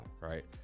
right